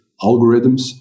algorithms